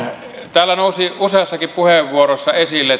täällä nousivat useassakin puheenvuorossa esille